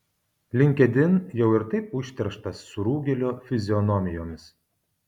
linkedin jau ir taip užterštas surūgėlių fizionomijomis